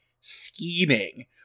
scheming